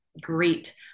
great